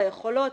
ביכולות,